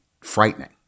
frightening